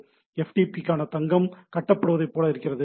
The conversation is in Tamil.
இது எஃப்டிபி க்காக பக்கம் காட்டப்படுவதைப் போல இருக்கிறது